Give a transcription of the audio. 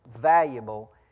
valuable